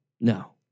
No